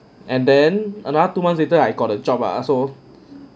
and then another two months later I got a job ah so